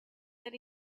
that